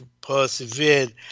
persevered